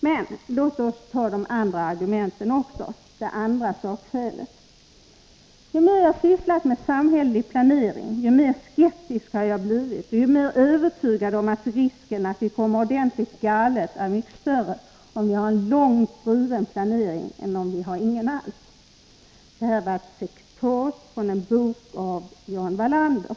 Men låt oss ta det andra argumentet — sakskälet — också. ”Ju mer jag har sysslat med samhällelig planering, desto mer skeptisk har jag blivit, och desto mer övertygad om att risken är mycket större för att vi kommer ordentligt galet om vi har en långt driven planering än om vi inte har någon planering alls.” Detta var hämtat från en bok av Jan Wallander.